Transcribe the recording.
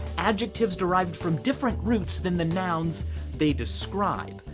adjectives derived from different roots than the nouns they describe.